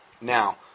Now